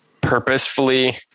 purposefully